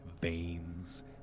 veins